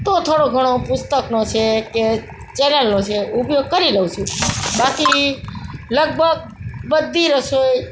તો થોડો ઘણો પુસ્તકનો છે કે ચૅનલનો છે ઉપયોગ કરી લઉં છું બાકી લગભગ બધી રસોઈ